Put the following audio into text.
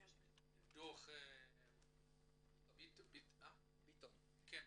דוח ביטון,